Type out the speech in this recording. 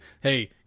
hey